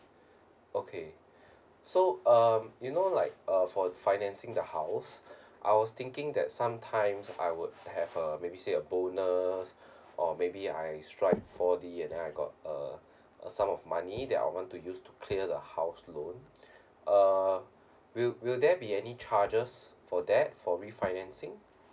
okay so um you know like uh for financing the house I was thinking that sometimes I would have a maybe say a bonus or maybe I strike four d and then I got a a sum of money that I want to use to clear the house loan uh will will there be any charges for that for refinancing